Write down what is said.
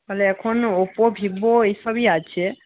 মানে এখন Oppo Vivo এইসবই আছে